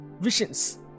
visions